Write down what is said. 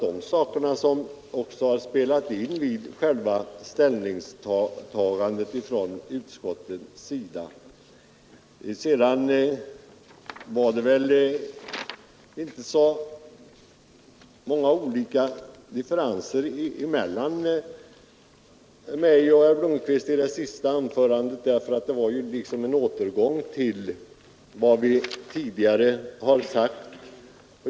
Dessa saker har spelat in vid utskottets ställningstagande. I herr Blomkvists senaste anförande fanns det väl inte heller så stora differenser mellan mig och honom, eftersom han liksom återkom till vad vi tidigare har sagt.